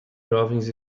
jovens